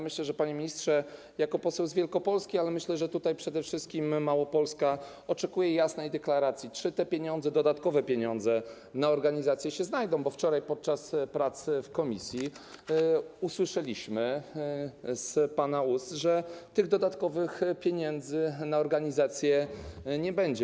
Myślę, że panie ministrze, jako poseł z Wielkopolski, ale myślę, że tutaj przede wszystkim Małopolska oczekuje jasnej deklaracji, czy pieniądze, dodatkowe pieniądze na organizację się znajdą, bo wczoraj podczas prac w komisji usłyszeliśmy z pana ust, że tych dodatkowych pieniędzy na organizację nie będzie.